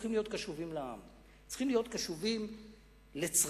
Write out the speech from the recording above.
צריכים להיות קשובים לעם,